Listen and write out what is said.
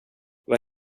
vad